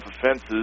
offenses